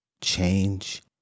Change